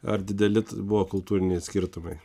ar dideli buvo kultūriniai skirtumai